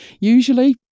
Usually